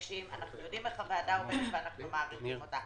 יודעים איך הוועדה עובדת ואנחנו מעריכים אותה,